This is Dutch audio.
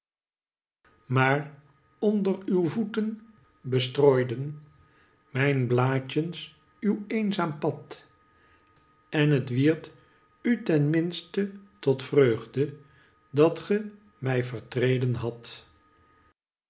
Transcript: maar onder uw voeten bestrooiden mijn blaadjens uw eenzaam pad en het wierd u ten minste tot vreugde dat ge mij vertreden hadt